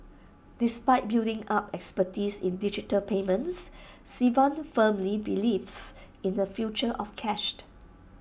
despite building up expertise in digital payments Sivan firmly believes in the future of cashed